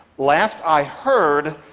last i heard,